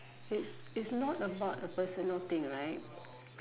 it's it's not about a personal thing right